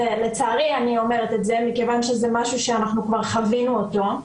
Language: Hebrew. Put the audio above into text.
לצערי אני אומרת את זה מכיוון שזה משהו שכבר חווינו אותו,